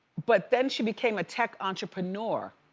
but then she became a tech entrepreneur.